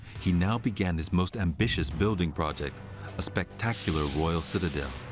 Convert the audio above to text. he now began his most ambitious building project a spectacular royal citadel.